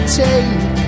take